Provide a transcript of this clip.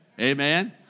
Amen